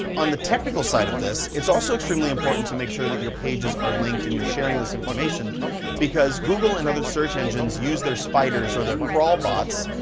on the technical side of this, it's also extremely important to make sure that you're pages are linked and you're sharing this information because google and other search engines use their spiders, or their crawl bots,